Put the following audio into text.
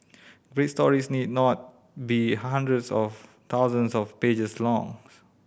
great stories need not be hundreds or thousands of pages long